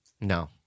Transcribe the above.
No